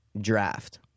draft